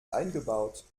eingebaut